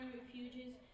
refugees